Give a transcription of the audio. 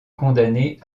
condamné